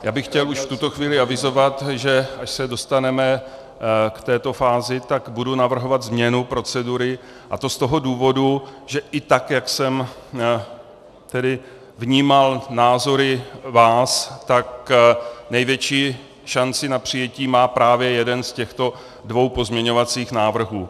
Já bych chtěl už v tuto chvíli avizovat, že až se dostaneme k této fázi, tak budu navrhovat změnu procedury, a to z toho důvodu, že i tak jak jsem vnímal názory vás, tak největší šanci na přijetí má právě jeden z těchto dvou pozměňovacích návrhů.